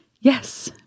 yes